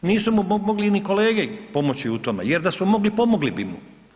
Nisu mu mogli ni kolege pomoći u tome jer da su mogli, pomogli bi mu.